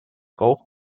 golf